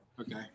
Okay